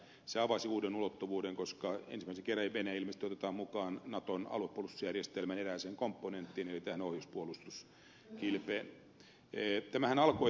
se avasi uuden ulottuvuuden koska ensimmäisen kerran venäjä ilmeisesti otetaan mukaan naton aluepuolustusjärjestelmän erääseen komponenttiin eli tähän ohjuspuolustuskilpeen